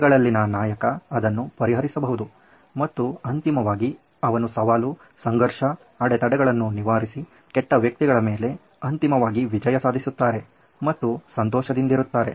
ಕಥೆಗಳಲ್ಲಿನ ನಾಯಕ ಅದನ್ನು ಪರಿಹರಿಸಬಹುದು ಮತ್ತು ಅಂತಿಮವಾಗಿ ಅವನು ಸವಾಲು ಸಂಘರ್ಷ ಅಡೆತಡೆಗಳನ್ನು ನಿವಾರಿಸಿ ಕೆಟ್ಟ ವ್ಯಕ್ತಿಗಳ ಮೇಲೆ ಅಂತಿಮವಾಗಿ ವಿಜಯ ಸಾಧಿಸುತ್ತಾರೆ ಮತ್ತು ಸಂತೋಷದಿಂದಿರುತ್ತಾರೆ